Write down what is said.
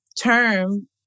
term